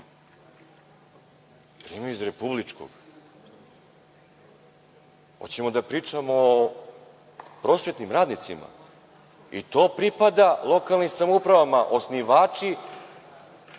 Primaju iz republičkog. Hoćemo da pričamo o prosvetnim radnicima? I to pripada lokalnim samoupravama. Osnivači